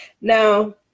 now